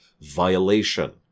violation